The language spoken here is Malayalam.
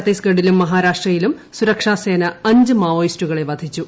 ഛത്തീസ്ഗഡിലും മഹാരാഷ്ട്രയിലും സുരക്ഷാ സേന അഞ്ച് മാവോയിസ്റ്റുകളെ വധിച്ചു